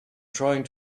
trying